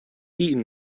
eaten